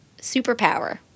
superpower